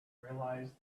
realize